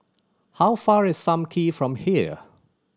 how far is Sam Kee from here